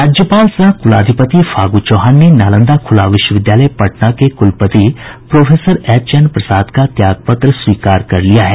राज्यपाल सह कुलाधिपति फागू चौहान ने नालंदा खुला विश्वविद्यालय पटना के कुलपति प्रोफेसर एच एन प्रसाद का त्याग पत्र स्वीकार कर लिया है